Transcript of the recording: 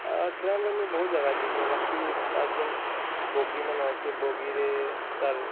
ଆଉ ଟ୍ରେନ୍ରେ ମୁଁ ବହୁତ ଜାଗା ଯିବି ବାକି ତାର୍ ଯେନ୍ ବଗିମାନ ଅଛି ବଗିରେ ତାର୍